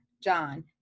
john